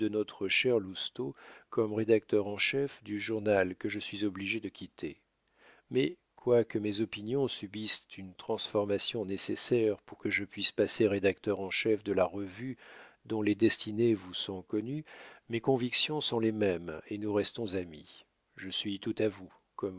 notre cher lousteau comme rédacteur en chef du journal que je suis obligé de quitter mais quoique mes opinions subissent une transformation nécessaire pour que je puisse passer rédacteur en chef de la revue dont les destinées vous sont connues mes convictions sont les mêmes et nous restons amis je suis tout à vous